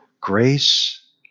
grace